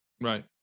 Right